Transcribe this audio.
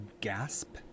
gasp